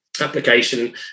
application